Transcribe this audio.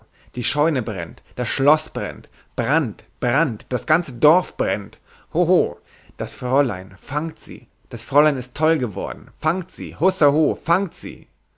die scheune brennt das schloß brennt brand brand das ganze dorf brennt hoho das fräulein fangt sie das fräulein ist toll geworden fangt sie hussa ho fangt sie